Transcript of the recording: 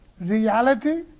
reality